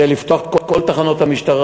זה לפתוח את כל תחנות המשטרה.